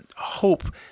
hope